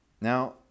now